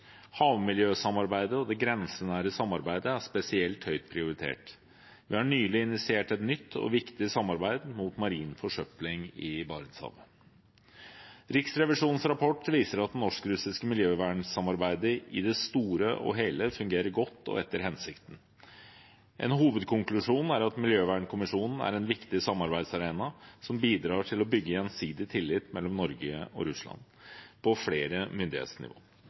Havmiljøsamarbeidet og det grensenære samarbeidet er spesielt høyt prioritert. Vi har nylig initiert et nytt og viktig samarbeid mot marin forsøpling i Barentshavet. Riksrevisjonens rapport viser at det norsk-russiske miljøvernsamarbeidet i det store og hele fungerer godt og etter hensikten. En hovedkonklusjon er at miljøvernkommisjonen er en viktig samarbeidsarena, som bidrar til å bygge gjensidig tillit mellom Norge og Russland på flere myndighetsnivå.